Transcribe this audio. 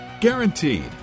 Guaranteed